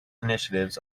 initiatives